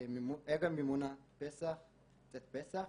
ערב המימונה, צאת פסח,